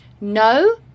no